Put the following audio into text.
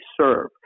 serve